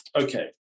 Okay